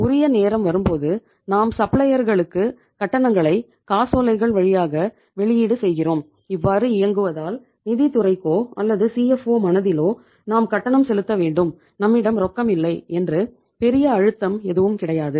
உரிய நேரம் வரும்போது நாம் சப்ளையர்களுக்கு மனதிலோ நாம் கட்டணம் செலுத்த வேண்டும் நம்மிடம் ரொக்கம் இல்லை என்று பெரிய அழுத்தம் எதுவும் கிடையாது